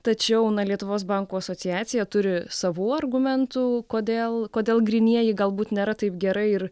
tačiau lietuvos bankų asociacija turi savų argumentų kodėl kodėl grynieji galbūt nėra taip gerai ir